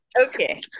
Okay